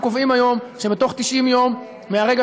ואנחנו קובעים היום שבתוך 90 יום מהרגע